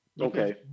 Okay